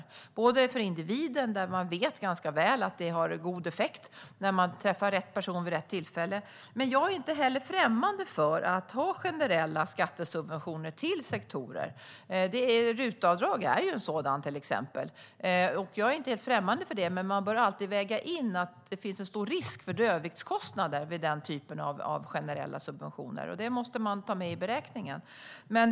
Det gäller för individen, där man vet ganska väl att det har god effekt när man träffar rätt person vid rätt tillfälle. Men jag är inte heller främmande för att ha generella skattesubventioner till sektorer. RUT-avdrag är ett sådant, till exempel. Jag är inte helt främmande för det, men man bör alltid väga in att det finns en stor risk för dödviktskostnader vid den typen av generella subventioner. Det måste man ta med i beräkningen.